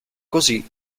così